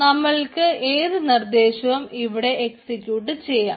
നമ്മൾക്ക് ഏത് നിർദ്ദേശവും ഇവിടെ എക്സിക്യൂട്ട് ചെയ്യാം